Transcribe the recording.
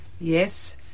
Yes